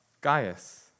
Gaius